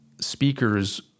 speakers